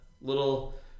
little